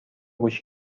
گوش